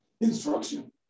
instruction